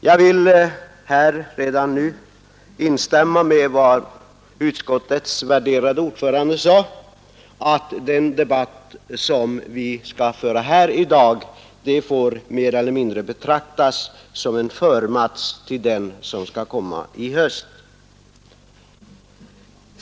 Jag vill redan nu instämma i vad utskottets värderade ordförande sade, att den debatt som vi skall föra här i dag får mer eller mindre betraktas som en förmatch till den som skall komma i höst.